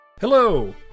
Hello